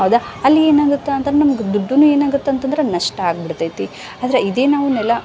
ಆಗ ಅಲ್ಲಿ ಏನಾಗುತ್ತೆ ಅಂತ ನಮ್ಗೆ ದುಡ್ಡುನು ಏನಾಗತ್ತೆ ಅಂತಂದ್ರೆ ನಷ್ಟ ಆಗಿ ಬಿಡ್ತೈತಿ ಆದರೆ ಇದೇ ನಾವು ನೆಲ